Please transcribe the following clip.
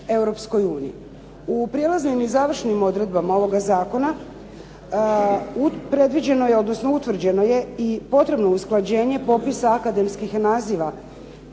U prijelaznim i završnim odredbama ovoga zakona predviđeno je, odnosno utvrđeno je i potrebno usklađenje popisa akademskih naziva